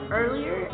earlier